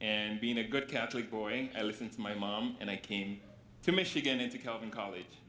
and being a good catholic boy and listen to my mom and i came to michigan into calvin college